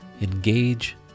engage